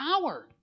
power